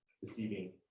deceiving